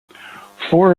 four